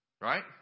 Right